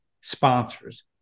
sponsors